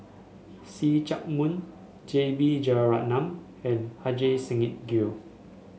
See Chak Mun J B Jeyaretnam and Ajit Singh Gill